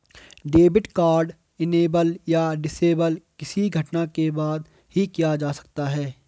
debit card enable या disable किसी घटना के बाद ही किया जा सकता है